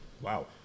Wow